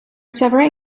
several